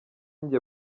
njye